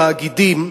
תאגידים,